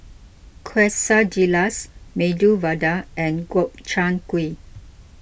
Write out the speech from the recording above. Quesadillas Medu Vada and Gobchang Gui